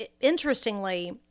interestingly